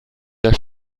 der